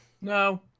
No